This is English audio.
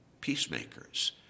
peacemakers